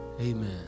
Amen